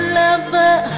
lover